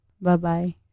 Bye-bye